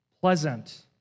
pleasant